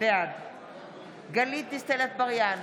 בעד גלית דיסטל אטבריאן,